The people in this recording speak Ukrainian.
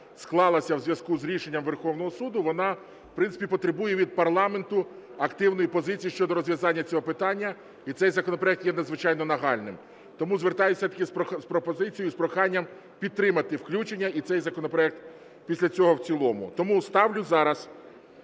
склалася у зв'язку з рішенням Верховного Суду, в принципі, вона потребує від парламенту активної позиції щодо розв'язання цього питання, і цей законопроект є надзвичайно нагальним. Тому звертаюся з пропозицією, з проханням підтримати включення і цей законопроект після цього в цілому. Тому ставлю зараз